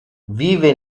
vive